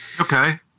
Okay